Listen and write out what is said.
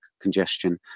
congestion